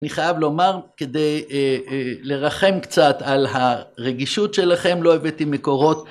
אני חייב לומר, כדי לרחם קצת על הרגישות שלכם, לא הבאתי מקורות.